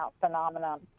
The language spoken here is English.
phenomenon